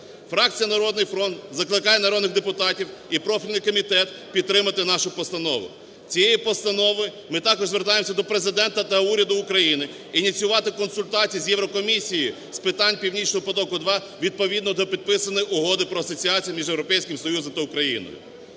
Фракція "Народний фронт" закликає народних депутатів і профільний комітет підтримати нашу постанову. Цією постановою ми також звертаємося до Президента та уряду України ініціювати консультації з Єврокомісією з питань "Північного потоку-2" відповідно до підписаної Угоди про асоціацію між Європейським Союзом та Україною.